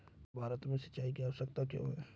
भारत में सिंचाई की आवश्यकता क्यों है?